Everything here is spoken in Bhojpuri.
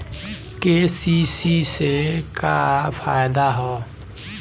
के.सी.सी से का फायदा ह?